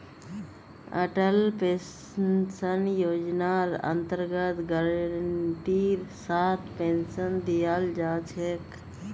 Atal pension योजनार अन्तर्गत गारंटीर साथ पेन्शन दीयाल जा छेक